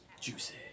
Juicy